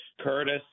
Curtis